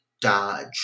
dodge